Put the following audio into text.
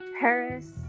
Paris